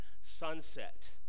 sunset